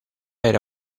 era